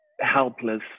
helpless